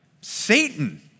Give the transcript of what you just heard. Satan